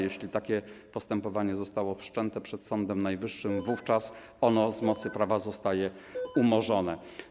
Jeśli takie postępowanie zostało z mocy prawa wszczęte przed Sądem Najwyższym, wówczas ono z mocy prawa zostaje umorzone.